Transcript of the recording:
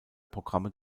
programme